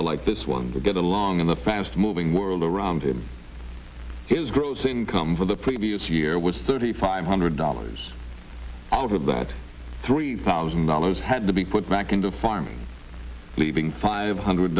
er like this one to get along in the fast moving world around him his gross income for the previous year was thirty five hundred dollars out of that three thousand dollars had to be put back into farming leaving five hundred